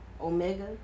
omega